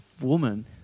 woman